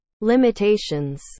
limitations